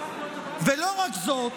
ולא רק זאת,